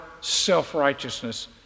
self-righteousness